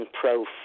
pro